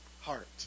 heart